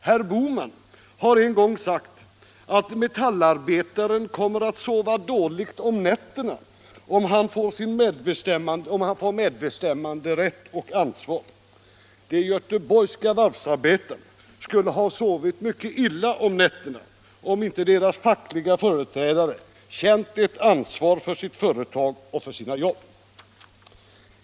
Herr Bohman har en gång sagt att metallarbetaren kommer att sova dåligt om nätterna om han får medbestämmanderätt och ansvar. De göteborgska varvsarbetarna skulle ha sovit mycket illa om nätterna, om inte deras fackliga företrädare känt ett ansvar för sitt företag och för sina jobb.